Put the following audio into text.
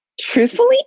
truthfully